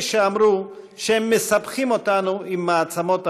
שאמרו שהם מסבכים אותנו עם מעצמות העולם.